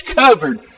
covered